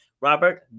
Robert